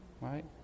right